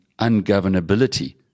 ungovernability